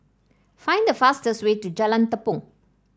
find the fastest way to Jalan Tepong